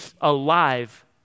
alive